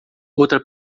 outra